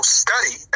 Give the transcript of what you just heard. study